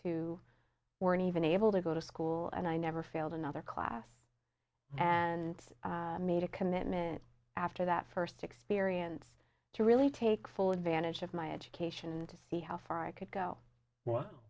who weren't even able to go to school and i never failed another class and made a commitment after that first experience to really take full advantage of my education and to see how far i could go w